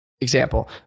Example